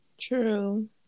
true